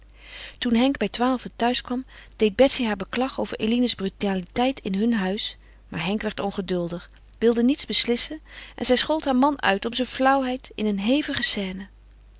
toen henk bij twaalven thuis kwam deed betsy haar beklag over eline's brutaliteit in hun huis maar henk werd ongeduldig wilde niets beslissen en zij schold haar man uit om zijn flauwheid in een hevige scène